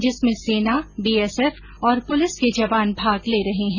जिसमें सेना बीएसएफ और पुलिस के जवान भाग ले रहे हैं